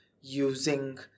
using